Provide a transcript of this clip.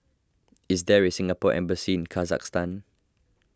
is there a Singapore Embassy in Kazakhstan